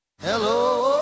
Hello